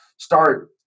Start